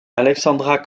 alexandra